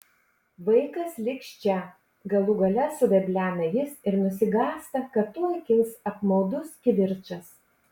vaikas liks čia galų gale suveblena jis ir nusigąsta kad tuoj kils apmaudus kivirčas